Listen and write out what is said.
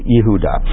Yehuda